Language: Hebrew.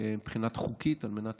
מבחינה חוקית על מנת